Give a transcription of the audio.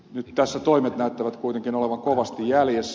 nyt tässä toimet näyttävät kuitenkin olevan kovasti jäljessä